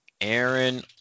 aaron